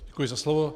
Děkuji za slovo.